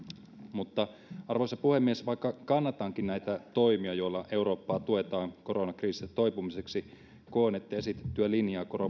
mutta arvoisa puhemies vaikka kannatankin näitä toimia joilla eurooppaa tuetaan koronakriisistä toipumiseksi koen että esitettyä linjaa